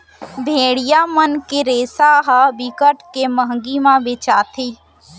भेड़िया मन के रेसा ह बिकट के मंहगी म बेचाथे